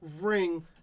ring